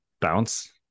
bounce